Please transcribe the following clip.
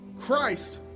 christ